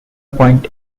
point